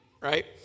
right